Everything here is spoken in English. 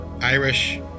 Irish